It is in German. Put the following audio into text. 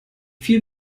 viel